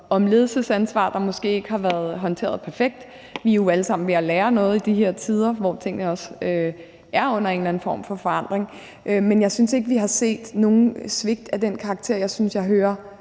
om ledelsesansvar, der måske ikke har været håndteret perfekt. Vi er vel alle sammen ved at lære noget i de her tider, hvor tingene også er under en eller anden form for forandring. Men jeg synes ikke, vi har set nogen svigt af den karakter, jeg synes jeg hører